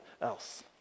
else